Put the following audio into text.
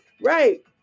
right